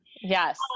Yes